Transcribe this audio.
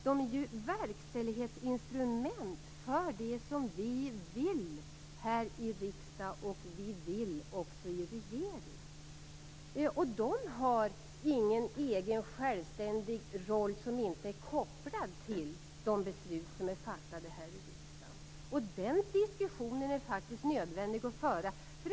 De är ju verkställighetsinstrument för det som vi vill här i riksdagen och även i regeringen. De har ingen egen självständig roll som inte är kopplad till de beslut som är fattade här i riksdagen. Den diskussionen är faktiskt nödvändig att föra.